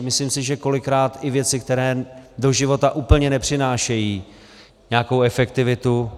Myslím si, že kolikrát i věci, které do života úplně nepřinášejí nějakou efektivitu.